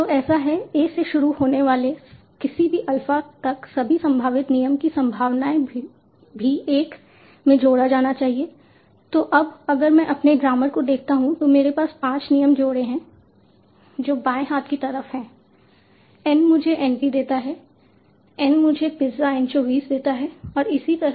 तो ऐसा है a से शुरू होने वाले किसी भी अल्फा तक सभी संभावित नियमों की संभावना भी 1 में जोड़ा जाना चाहिए तो अब अगर मैं अपने ग्रामर को देखता हूं तो मेरे पास 5 नियम जोड़े हैं जो बाएं हाथ की तरफ हैं N मुझे NP देता है N मुझे पिज़्ज़ा एनचोवीज देता है और इसी तरह